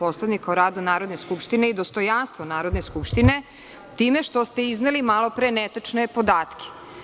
Poslovnika o radu Narodne skupštine i dostojanstvo Narodne skupštine time što ste izneli malopre netačne podatke.